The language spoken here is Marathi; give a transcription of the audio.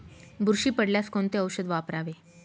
बुरशी पडल्यास कोणते औषध वापरावे?